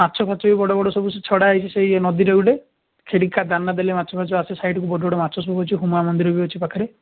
ମାଛଫାଛ ବି ବଡ଼ ବଡ଼ ସବୁ ଛଡ଼ା ହେଇଛି ସେଇ ନଦୀରେ ଗୁଟେ ଖେଡ଼ିକା ଦାନା ଦେଲେ ମାଛ ଫାଛ ଆସେ ସାଇଟକୁ ବଡ଼ ବଡ଼ ମାଛ ସବୁଅଛି ହୁମା ମନ୍ଦିର ବି ଅଛି ପାଖରେ